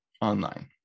online